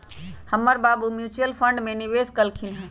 हमर बाबू mutual fund में निवेश कलखिंन्ह ह